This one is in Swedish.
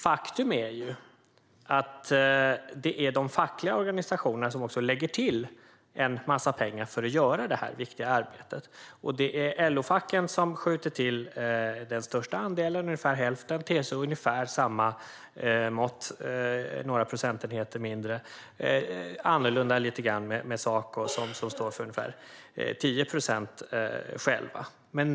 Faktum är dock att de fackliga organisationerna lägger till en massa pengar för att göra detta viktiga arbete. Det är LO-facken som skjuter till den största andelen, ungefär hälften. TCO står för ungefär lika mycket - några procentenheter mindre - medan det är lite annorlunda med Saco, som står för ungefär 10 procent själva.